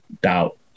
doubt